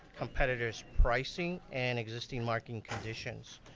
competitors' pricing and existing marketing conditions.